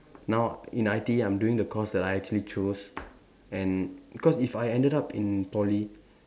now in I_T_E I'm doing the course that I actually chose and cause if I ended up in Poly